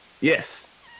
Yes